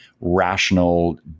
rational